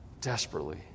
Desperately